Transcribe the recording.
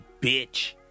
bitch